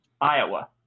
Iowa